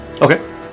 Okay